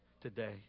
today